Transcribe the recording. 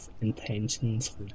intentions